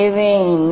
தேவை என்ன